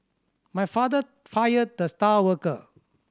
my father fired the star worker